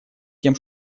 тем